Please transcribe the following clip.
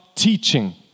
Teaching